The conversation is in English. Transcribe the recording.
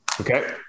Okay